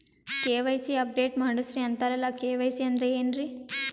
KYC update ಮಾಡಸ್ರೀ ಅಂತರಲ್ಲ KYC ಅಂದ್ರ ಏನ್ರೀ?